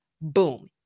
Boom